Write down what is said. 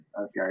okay